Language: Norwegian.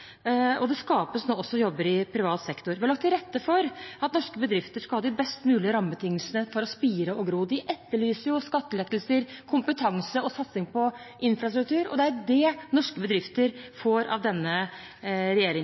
og det skapes nå også jobber i privat sektor. Vi har lagt til rette for at norske bedrifter skal ha best mulig rammebetingelser for å spire og gro. De etterlyser skattelettelser, kompetanse og satsing på infrastruktur, og det er jo det norske bedrifter får av denne